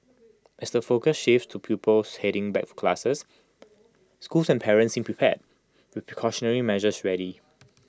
as the focus shifts to pupils heading back for classes schools and parents seem prepared with precautionary measures ready